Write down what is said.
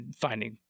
finding